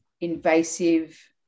invasive